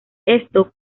esto